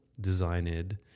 designed